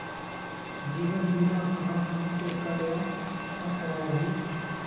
जीवन बीमा कहाँ कहाँ से करवा सकोहो ही?